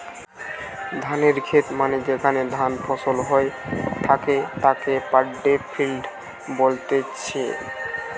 ধানের খেত মানে যেখানে ধান ফসল হই থাকে তাকে পাড্ডি ফিল্ড বলতিছে